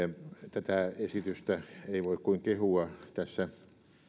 tätä esitystä ei voi kuin kehua tässä